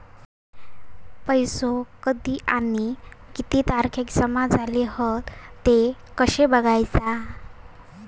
पैसो कधी आणि किती तारखेक जमा झाले हत ते कशे बगायचा?